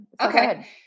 Okay